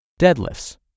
Deadlifts